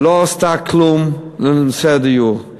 לא עשתה כלום בנושא הדיור,